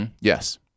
Yes